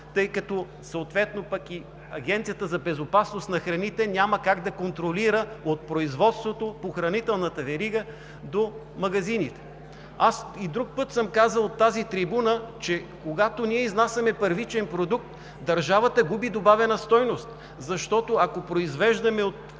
тъй като съответно и Агенцията за безопасност на храните няма как да контролира от производството по хранителната верига до магазините. Аз и друг път съм казвал от тази трибуна, че когато ние изнасяме първичен продукт, държавата губи добавена стойност, защото, ако произвеждаме от